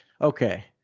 Okay